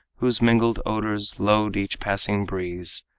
whose mingled odors load each passing breeze.